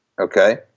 Okay